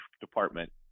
Department